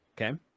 Okay